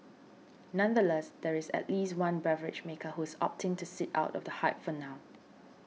nonetheless there is at least one beverage maker who is opting to sit out of the hype for now